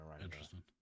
Interesting